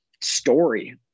story